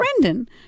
Brendan